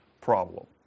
problem